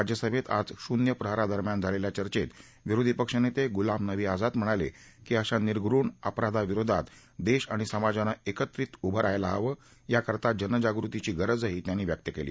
राज्यसभतीआज शून्य प्रहरादरम्यान झालखा चर्चेत विरोधी पक्ष नक्तीगुलाम नवी आझाद म्हणालकी अशा निर्घृण अपराधाविरोधात दर्श आणि समाजानं एकत्रितपणउभं राहयला हवं याकरता जनजागृतीची गरजही त्यांनी व्यक्त कली